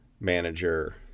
manager